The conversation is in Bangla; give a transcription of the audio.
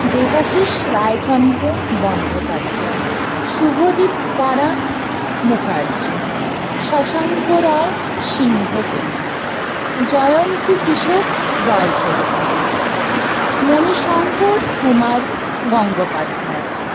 দেবাশিস রায়চন্দ্র বন্দ্যোপাধ্যায় শুভজিৎ পাড়া মুখার্জি শশাঙ্ক রায় সিংহপতি জয়ন্তী কিশোর রায়চৌধুরী মণিশঙ্কর কুমার গঙ্গোপাধ্যায়